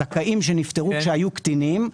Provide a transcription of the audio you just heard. זכאים שנפטרו כשהיו קטינים,